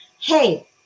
hey